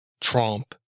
Trump